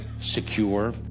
secure